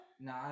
No